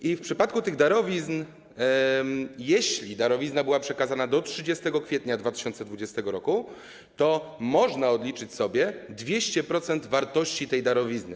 I w przypadku tych darowizn, jeśli darowizna była przekazana do 30 kwietnia 2020 r., można odliczyć sobie 200% wartości tej darowizny.